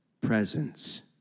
presence